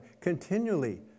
continually